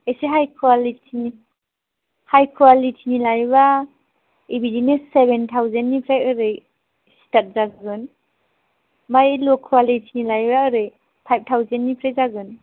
एसे हाइ क्वालिटिनि लायोब्ला बिदिनो सेभेन थावजेननिफ्राय ओरै स्टार्ट जागोन ओमफ्राय ल' क्वालिटिनि लायोब्ला ओरै फाइभ थावजेननिफ्राय जागोन